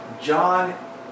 John